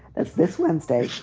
that's this wednesday,